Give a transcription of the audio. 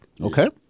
okay